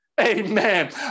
Amen